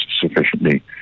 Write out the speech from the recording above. sufficiently